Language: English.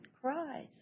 cries